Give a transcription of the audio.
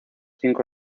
cinco